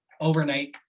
overnight